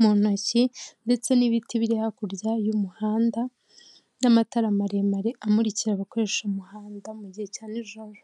mu ntoki ndetse n'ibiti biri hakurya y'umuhanda n'amatara maremare amurikira abakoresha umuhanda mu gihe cya nijoro.